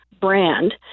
brand